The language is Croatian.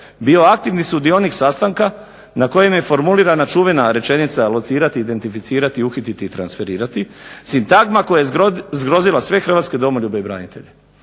bio aktivni sudionik sastanka na kojem je formulirana čuvena rečenica "locirati, identificirati, uhititi i transferirati" sintagma koja je zgrozila sve hrvatske domoljube i branitelje.